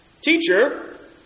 Teacher